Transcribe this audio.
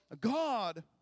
God